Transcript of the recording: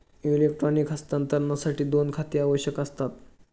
electronic हस्तांतरणासाठी दोन खाती आवश्यक असतात